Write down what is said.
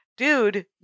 dude